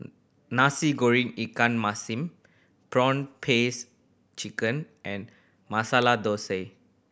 Nasi Goreng ikan masin prawn paste chicken and Masala Thosai